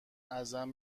ازم